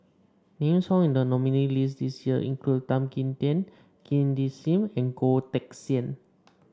names found in the nominees' list this year include Tan Kim Tian Cindy Sim and Goh Teck Sian